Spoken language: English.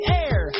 air